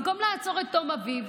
במקום לעצור את טום אביב,